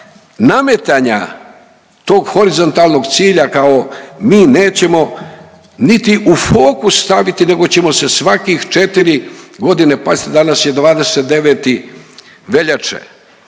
nametanja tog horizontalnog cilja kao mi nećemo niti u fokus staviti nego ćemo se svakih četiri godine, pazite danas je 29. veljače,